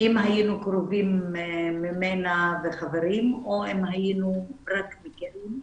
אם היינו קרובים אליה וחברים או אם היינו רק מכירים.